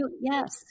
Yes